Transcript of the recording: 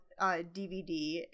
DVD